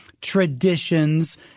traditions